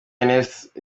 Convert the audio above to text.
ernest